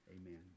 Amen